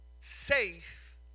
safe